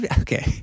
Okay